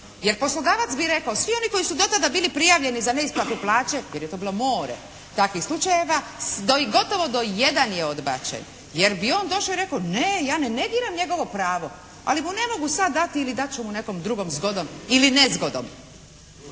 Jer poslodavac bi rekao svi oni koji su do tada bili prijavljeni za neisplatu plaće jer je to bilo more takvih slučajeva gotovo do jedan je otplaćen. Jer bi on došao i rekao: Ne, ja ne negiram njegovo pravo. Ali mu ne mogu sad dati ili dat ću mu nekom drugom zgodom ili nezgodom.